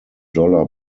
dollar